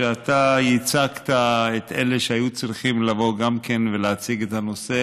שאתה ייצגת את אלה שהיו צריכים לבוא גם כן ולהציג את הנושא,